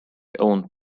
owned